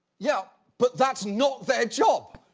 yeah, but that's not their job!